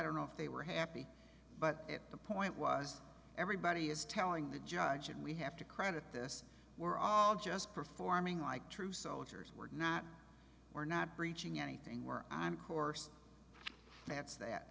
don't know if they were happy but at the point was everybody is telling the judge and we have to credit this we're all just performing like true soldiers we're not we're not breaching anything we're i'm course that's that